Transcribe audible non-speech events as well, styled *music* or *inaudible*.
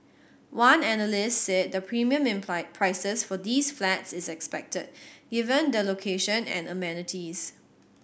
one analyst said the premium in *unintelligible* prices for these flats is expected given the location and amenities